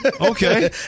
Okay